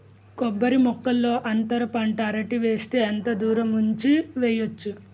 కొబ్బరి మొక్కల్లో అంతర పంట అరటి వేస్తే ఎంత దూరం ఉంచి వెయ్యొచ్చు?